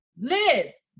Liz